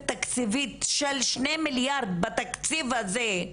תקציבית של שני מיליארד בתקציב הזה,